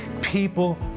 People